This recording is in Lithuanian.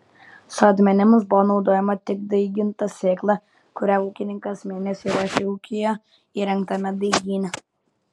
sodmenims buvo naudojama tik daiginta sėkla kurią ūkininkas mėnesį ruošė ūkyje įrengtame daigyne